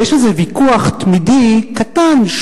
ויש איזה ויכוח תמידי קטן,